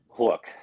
Look